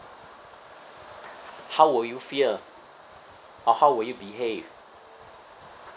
how will you will feel or how will you behave